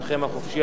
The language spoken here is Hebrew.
בזמנכם החופשי.